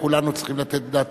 וכולנו צריכים לתת את דעתנו.